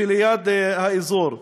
שליד האזור,